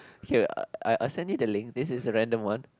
okay I I'll send you the link this is a random one